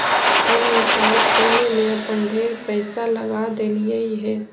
हम ई साल सोने में अपन ढेर पईसा लगा देलिअई हे